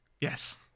Yes